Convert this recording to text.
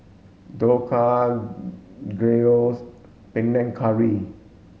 Dhokla Gyros Panang Curry